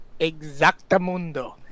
Exactamundo